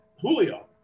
Julio